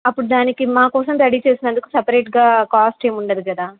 అప్పుడు దానికి మాకోసం రెడీ చేసినందుకు సెపరేట్గా కాస్ట్ ఏమి ఉండదు కదా